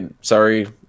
Sorry